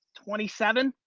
twenty seven?